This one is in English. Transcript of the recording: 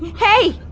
hey!